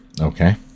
okay